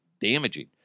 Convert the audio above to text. damaging